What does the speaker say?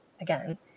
again